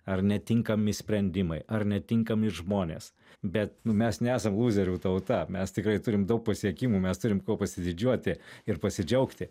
ar netinkami sprendimai ar netinkami žmonės bet nu mes nesam lūzerių tauta mes tikrai turim daug pasiekimų mes turim kuo pasididžiuoti ir pasidžiaugti